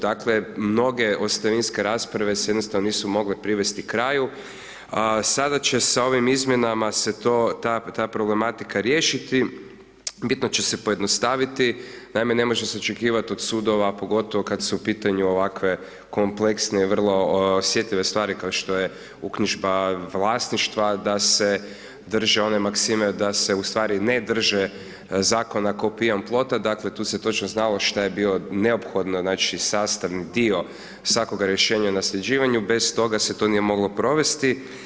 Dakle mnoge ostavinske rasprave se jednostavno nisu mogle privesti kraju a sada će sa ovim izmjenama se ta problematika riješiti, bitno će se pojednostaviti, naime ne može se očekivati od sudova pogotovo kad usu pitanju ovakve kompleksne, vrlo osjetljive stvari kao što je uknjižba vlasništva, da se drže one maksime da se ustvari ne drže zakona kao pijan plota, dakle tu se točno znalo šta je bilo neophodno, znači sastavni dio svakoga rješenja o nasljeđivanju, bez toga se to nije moglo provesti.